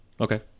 Okay